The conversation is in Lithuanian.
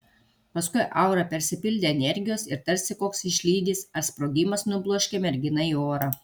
paskui aura persipildė energijos ir tarsi koks išlydis ar sprogimas nubloškė merginą į orą